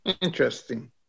Interesting